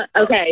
okay